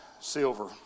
Silver